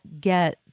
get